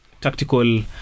tactical